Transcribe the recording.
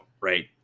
right